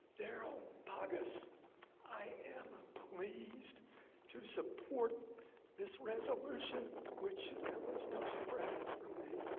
darryl boggess i am pleased to support this resolution which should come as no surprise from me?